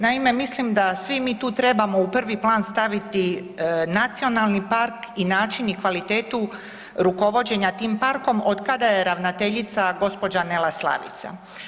Naime, mislim da svi mi tu trebamo u prvi plan staviti nacionalni park i način i kvalitetu rukovođenja tim parkom otkada je ravnateljica gđa. Nela Slavica.